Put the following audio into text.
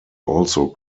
also